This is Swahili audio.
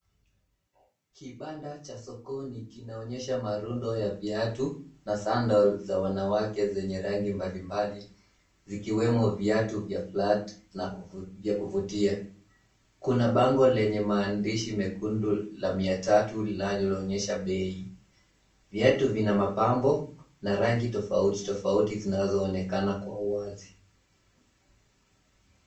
Kibanda cha sokoni kinaonyesha marundo ya viatu na sandal za wanawake zenye rangi mbalimbali. Zikiwemo viatu vya flat na vya kuvutia. Kuna bango lenye maandishi mekundu la mia tatu linaloonyesha bei. Viatu vina mapambo na rangi tofauti tofauti zinazoonekana kwa uwazi.